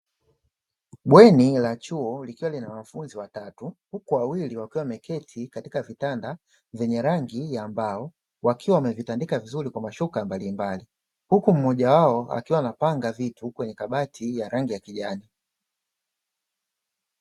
Bweni la chuo likiwa na wanafunzi watatu. Huku wawili wakiwa wameketi katika vitanda vyenye rangi ya mbao wakiwa wamevitandika vizuri kwa mashuka mbalimbali. Huku mmoja wao akiwa anapanga vitu kwenye kabati ya rangi ya kijani.